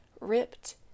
ripped